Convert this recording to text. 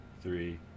three